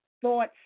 thoughts